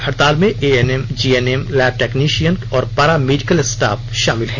हड़ताल में ANM GNM lab technician और पारा मेडिकल स्टाफ शामिल हैं